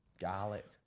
Garlic